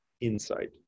insight